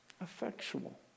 Effectual